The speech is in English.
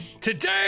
today